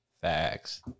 Facts